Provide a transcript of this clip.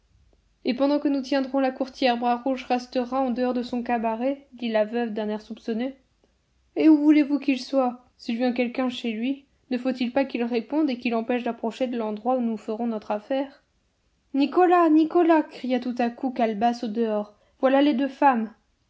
et pendant que nous tiendrons la courtière bras rouge restera en dehors de son cabaret dit la veuve d'un air soupçonneux et où voulez-vous qu'il soit s'il vient quelqu'un chez lui ne faut-il pas qu'il réponde et qu'il empêche d'approcher de l'endroit où nous ferons notre affaire nicolas nicolas cria tout à coup calebasse au-dehors voilà les deux femmes